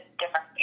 different